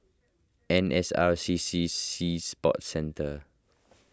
N S R C C Sea Sports Centre